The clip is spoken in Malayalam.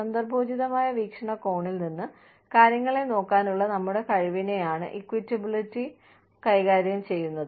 സന്ദർഭോചിതമായ വീക്ഷണകോണിൽ നിന്ന് കാര്യങ്ങളെ നോക്കാനുള്ള നമ്മുടെ കഴിവിനെയാണ് ഇക്വിറ്റബ്ലിറ്റി കൈകാര്യം ചെയ്യുന്നത്